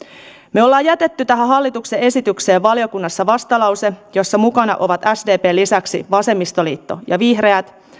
me olemme jättäneet tähän hallituksen esitykseen valiokunnassa vastalauseen jossa mukana ovat sdpn lisäksi vasemmistoliitto ja vihreät